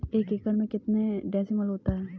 एक एकड़ में कितने डिसमिल होता है?